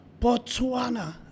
Botswana